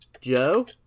Joe